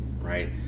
right